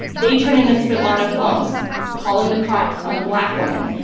they turn into svitlana floms calling the cops on a black woman.